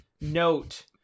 note